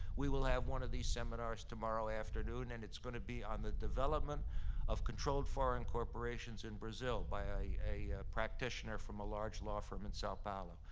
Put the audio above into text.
we will have one of these seminars tomorrow afternoon and it's gonna be on the development of controlled foreign corporations in brazil by a practitioner from a large law firm in sao paulo.